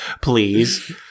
Please